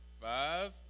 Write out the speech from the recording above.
Five